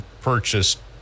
purchased